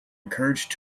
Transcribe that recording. encouraged